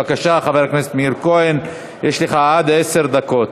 בבקשה, חבר הכנסת מאיר כהן, יש לך עד עשר דקות.